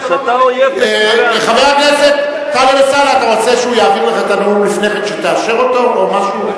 חבר הכנסת טלב אלסאנע, אתה הזמנת אותו לומר.